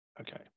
Okay